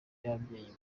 y’ababyeyi